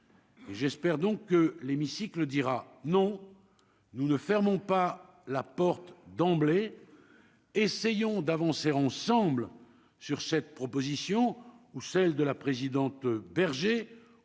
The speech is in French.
j'espère donc que l'hémicycle dira non, nous ne fermons pas la porte d'emblée essayons d'avancer ensemble sur cette proposition ou celle de la présidente berger ou